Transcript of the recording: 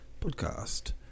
podcast